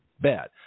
bad